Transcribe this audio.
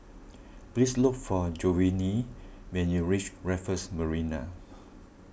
please look for Jovanni when you reach Raffles Marina